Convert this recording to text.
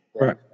Right